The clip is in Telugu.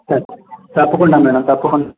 సరే తప్పకుండా మేడం తప్పకుండా